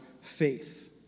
faith